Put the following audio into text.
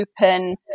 open